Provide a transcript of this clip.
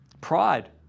Pride